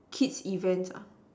kids events ah